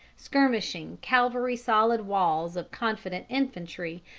skirmishing cavalry solid walls of confident infantry,